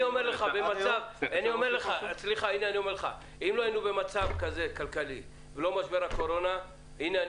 אני אומר לך שאם לא היינו במצב כלכלי כזה ולא היה משבר הקורונה הנה,